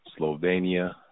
Slovenia